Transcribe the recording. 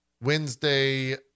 Wednesday